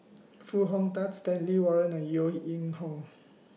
Foo Hong Tatt Stanley Warren and Yeo Ying Hong